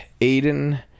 Aiden